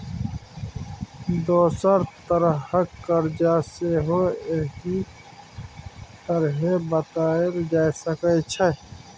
दोसर तरहक करजा सेहो एहि तरहें बताएल जा सकै छै